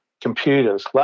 computers